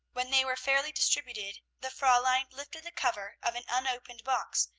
when they were fairly distributed, the fraulein lifted the cover of an unopened box,